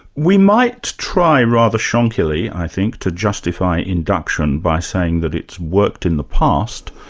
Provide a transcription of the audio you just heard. we might try, rather shonkily i think, to justify induction by saying that it's worked in the past,